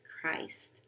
Christ